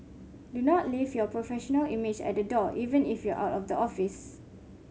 do not leave your professional image at the door even if you are out of the office